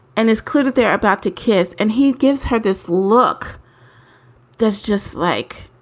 and it's clear that they're about to kiss and he gives her this look that's just like.